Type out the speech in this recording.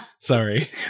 sorry